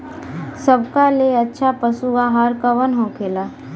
सबका ले अच्छा पशु आहार कवन होखेला?